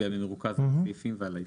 במרוכז על הסעיפים ועל ההסתייגויות.